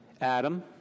Adam